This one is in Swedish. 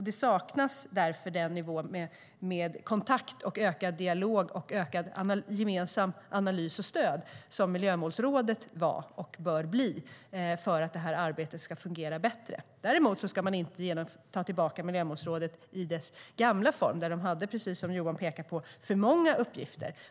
Det saknas därför en nivå med kontakt, ökad dialog, ökad gemensam analys och ökat stöd - vilket Miljömålsrådet var och bör bli, för att arbetet ska fungera bättre. Däremot ska man inte ta tillbaka Miljömålsrådet i dess gamla form. Precis som Johan pekar på hade rådet för många uppgifter.